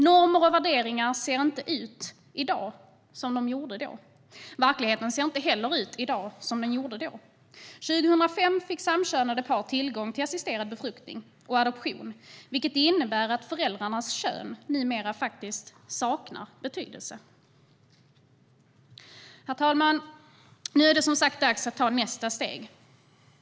Normer och värderingar i dag ser inte ut som de gjorde då. Verkligheten i dag ser inte heller ut som den gjorde då. År 2005 fick samkönade par tillgång till assisterad befruktning och adoption, vilket innebär att föräldrarnas kön numera faktiskt saknar betydelse. Herr talman! Nu är det som sagt dags att ta nästa steg.